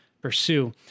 pursue